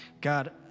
God